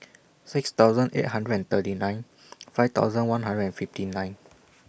six thousand eight hundred and thirty nine five thousand one hundred and fifty nine